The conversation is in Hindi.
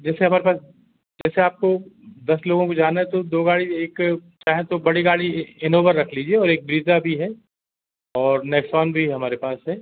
जैसे अगर सर जैसे आपको दस लोगों को जाना है तो दो गाड़ी एक चाहें तो बड़ी गाड़ी इनोवा रख लीजिए और ब्रीज़ा भी है और नेक्सॉन भी हमारे पास है